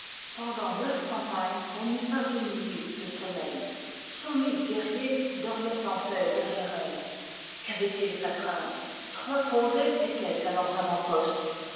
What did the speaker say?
pendant neuf campagnes elle n'eut pas une nuit de sommeil cent mille guerriers dormoient en paix derrière elle quavoient ils à craindre trois condes ëtoient à leurs avant-postes